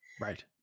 Right